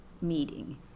meeting